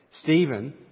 Stephen